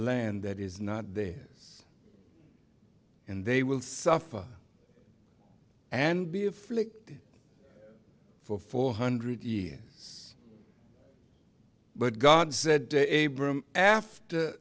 land that is not theirs and they will suffer and be afflicted for four hundred years but god said in a broom after